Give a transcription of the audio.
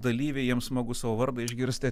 dalyviai jiems smagu savo vardą išgirsti